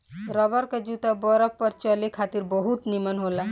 rubber के जूता बरफ पर चले खातिर बहुत निमन होला